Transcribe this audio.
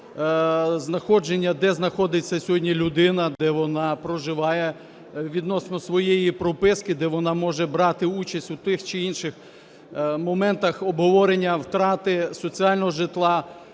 знаходження, де знаходиться сьогодні людина, де вона проживає відносно своєї прописки, де вона може брати участь у тих чи інших моментах обговорення втрати соціального житла,